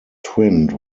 twinned